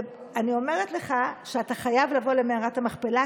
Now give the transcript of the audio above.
ואני אומרת לך שאתה חייב לבוא למערת המכפלה,